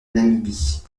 namibie